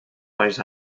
mais